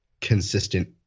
consistent